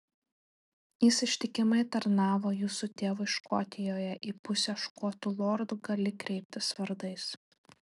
jis ištikimai tarnavo jūsų tėvui škotijoje į pusę škotų lordų gali kreiptis vardais